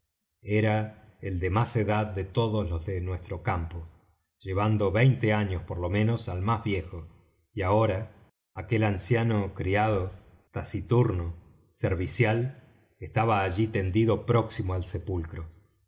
era el de más edad de todos los de nuestro campo llevando veinte años por lo menos al más viejo y ahora aquel anciano criado taciturno servicial estaba allí tendido próximo al sepulcro